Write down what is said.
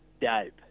Dope